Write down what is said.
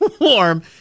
warm